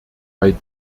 bei